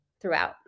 throughout